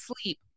sleep